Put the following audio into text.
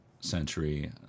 century